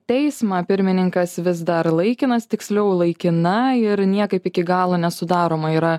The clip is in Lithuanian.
teismą pirmininkas vis dar laikinas tiksliau laikina ir niekaip iki galo nesudaroma yra